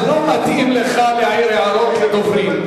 זה לא מתאים לך להעיר הערות לדוברים.